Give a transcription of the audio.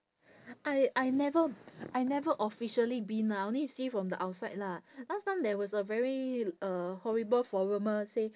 I I never I never officially been lah I only see from the outside lah last time there was a very uh horrible forumer say